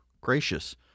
gracious